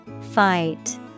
Fight